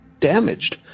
damaged